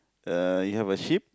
uh you have a ship